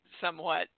somewhat